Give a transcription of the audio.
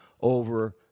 over